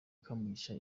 kamugisha